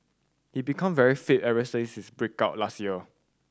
he become very fit ever since his break out last year